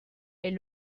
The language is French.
est